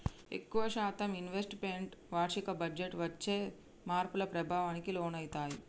ఎక్కువ శాతం investments వార్షిక బడ్జెట్టు వచ్చే మార్పుల ప్రభావానికి లోనయితయ్యి